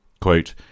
Quote